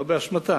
שלא באשמתה,